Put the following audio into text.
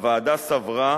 הוועדה סברה